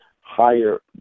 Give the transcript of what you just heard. higher